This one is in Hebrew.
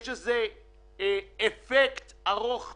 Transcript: יש לזה אפקט ארוך טווח.